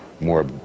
more